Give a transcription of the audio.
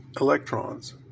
Electrons